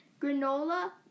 Granola